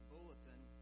bulletin